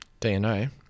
DNA